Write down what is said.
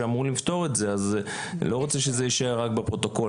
אני לא רוצה שזה יישאר רק בפרוטוקול,